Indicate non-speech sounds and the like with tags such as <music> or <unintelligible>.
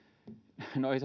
no ei <unintelligible>